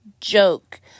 joke